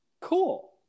Cool